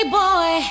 boy